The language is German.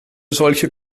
solche